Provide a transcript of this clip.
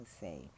say